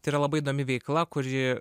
tai yra labai įdomi veikla kuri